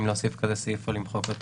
אם להוסיף סעיף כזה או למחוק אותו.